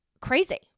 crazy